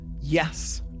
yes